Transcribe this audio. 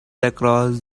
across